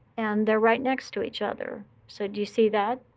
and they're right next to each other. so do you see that?